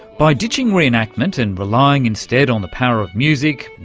by ditching re-enactment and relying instead on the power of music,